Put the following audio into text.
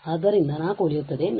ಆದ್ದರಿಂದ 4 ಉಳಿಯುತ್ತದೆ